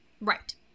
Right